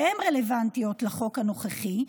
שהן רלוונטיות לחוק הנוכחי,